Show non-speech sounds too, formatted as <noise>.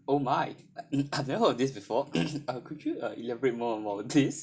oh my <coughs> I've never heard of this before or could you uh elaborate more about this